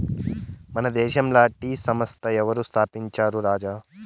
మన దేశంల టీ సంస్థ ఎవరు స్థాపించారు రాజా